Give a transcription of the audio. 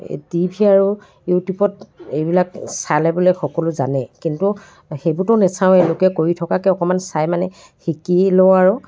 এই TV আৰু ইউটিউবত এইবিলাক চালে বোলে সকলো জানে কিন্তু সেইবোৰতো নাচাওঁৱে লোকে কৰি থকাকে অকণমান চাই মানে শিকি লওঁ আৰু